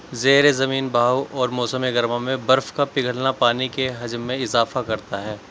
زیر زمین بہاؤ اور موسم گرما میں برف کا پگھلنا پانی کے حجم میں اضافہ کرتا ہے